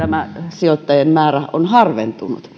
sijoittajien määrä on harventunut